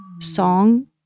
song